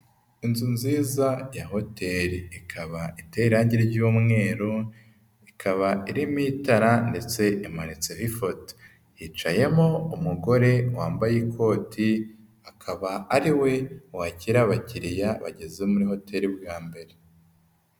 Inzu nziza ya hoteli ikaba iteye irangi ry'umweru ikaba arimo itara ndetse imanitseho ifoto, yicayemo umugore wambaye ikoti, akaba ari we wakira abakiriya bageze muri hotel bwa mbere.